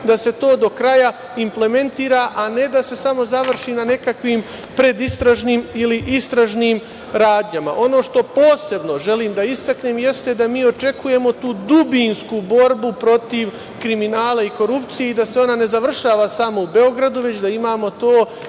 da se to do kraja implementira, a ne da se samo završi na nekakvim predistražnim ili istražnim radnjama. Ono što posebno želim da istaknem, jeste da mi očekujemo tu dubinsku borbu protiv kriminala i korupcije i da se ona ne završava samo u Beogradu, već da imamo to